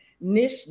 niche